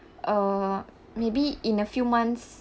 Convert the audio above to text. uh maybe in a few months